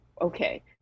okay